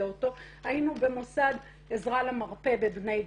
אותו היינו במוסד עזרה למרפא בבני ברק.